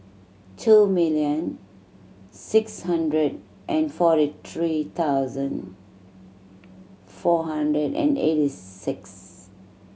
two million six hundred and forty three thousand four hundred and eighty six